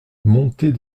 monter